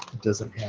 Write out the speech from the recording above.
doesn't have